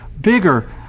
bigger